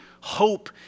hope